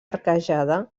arquejada